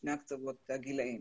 שני קצוות הגילאים.